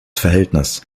verhältnis